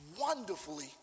wonderfully